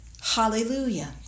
Hallelujah